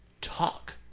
talk